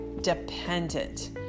dependent